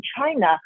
China